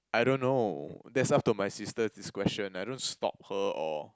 I don't know that's up to my sister discretion I don't stop her or